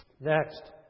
Next